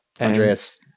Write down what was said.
Andreas